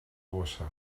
bossa